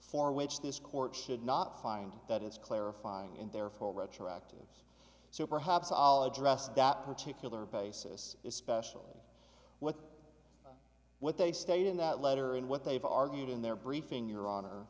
for which this court should not find that it's clarifying and therefore retroactive so perhaps i'll address that particular basis especially what what they stayed in that letter and what they've argued in their brief in your hon